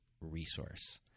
resource